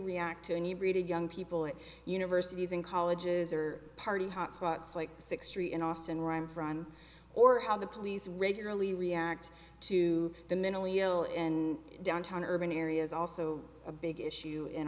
react to any really young people at universities and colleges or party hotspots like six three in austin rhymes run or how the police regularly react to the mentally ill in downtown urban areas also a big issue in